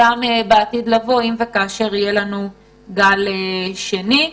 יתרחש גל שני.